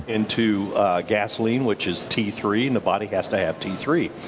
into gasoline, which is t three and the body has to add t three.